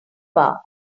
bar